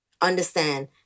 Understand